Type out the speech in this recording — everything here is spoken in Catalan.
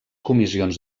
comissions